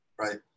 right